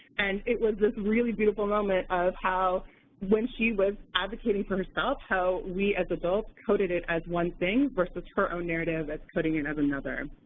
and it was this really beautiful moment of how when she was advocating for herself how we as adults coded it as one thing versus her own narrative as coding it as another.